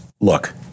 Look